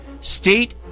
State